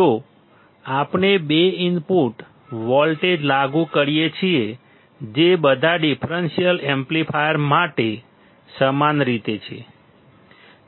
જો આપણે બે ઇનપુટ વોલ્ટેજ લાગુ કરીએ છીએ જે બધા ડિફરન્સીયલ એમ્પ્લીફાયર માટે સમાન રીતે છે